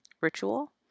ritual